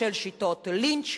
של שיטות לינץ',